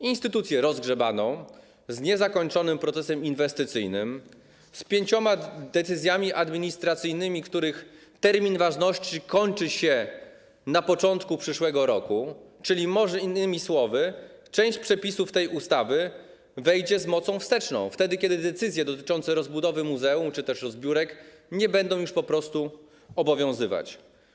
Instytucję rozgrzebaną z niezakończonym procesem inwestycyjnym, z pięcioma decyzjami administracyjnymi, których termin ważności kończy się na początku przyszłego roku, czyli może innymi słowy część przepisów tej ustawy wejdzie z mocą wsteczną wtedy, kiedy decyzje dotyczące rozbudowy muzeum czy też rozbiórek nie będą już po prostu obowiązywać.